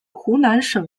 湖南省